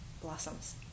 blossoms